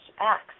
acts